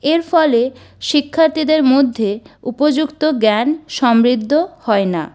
এর ফলে শিক্ষার্থীদের মধ্যে উপযুক্ত জ্ঞান সমৃদ্ধ হয় না